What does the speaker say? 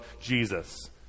Jesus